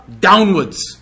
downwards